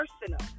personal